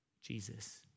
Jesus